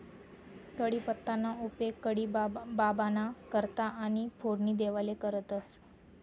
कढीपत्ताना उपेग कढी बाबांना करता आणि फोडणी देवाले करतंस